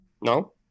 No